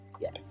yes